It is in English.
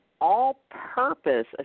all-purpose